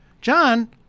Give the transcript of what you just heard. John